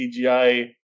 CGI